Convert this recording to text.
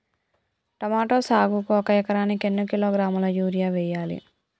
Tomato సాగుకు ఒక ఎకరానికి ఎన్ని కిలోగ్రాముల యూరియా వెయ్యాలి?